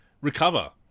recover